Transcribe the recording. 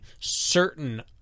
certain